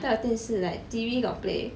在电视 like T_V got play